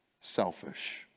selfish